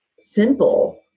simple